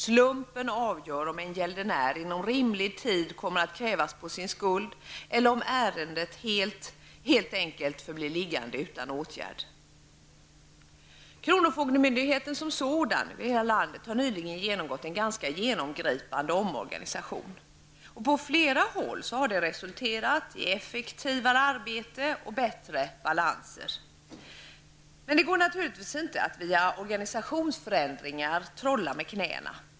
Slumpen avgör om en gäldenär inom rimlig tid kommer att krävas på sin skuld eller om ärendet helt enkelt kommer att förbli liggande utan åtgärd. Kronofogdemyndigheten som sådan i hela landet har nyligen genomgått en ganska genomgripande omorganisation. På flera håll i landet har det resulterat i effektivare arbete och bättre balanser. Men det går naturligtvis inte att via organisationsförändringar trolla med knäna.